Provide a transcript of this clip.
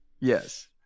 yes